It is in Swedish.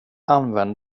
använd